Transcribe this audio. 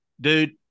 dude